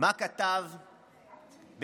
מה הוא כתב ב-1906,